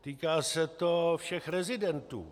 Týká se to všech rezidentů.